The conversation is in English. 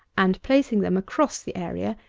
and placing them across the area,